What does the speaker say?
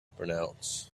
pronounce